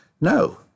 No